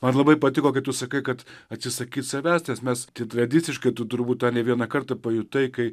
man labai patiko kad tu sakai kad atsisakyti savęs nes mes tai tradiciškai tu turbūt ne vieną kartą pajutai kai